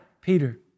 Peter